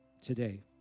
today